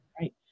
Right